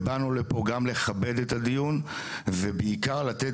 באנו לפה גם לכבד את הדיון ובעיקר לתת